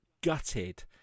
gutted